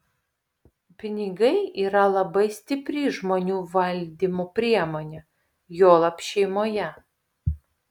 pinigai yra labai stipri žmonių valdymo priemonė juolab šeimoje